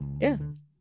Yes